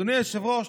אדוני היושב-ראש,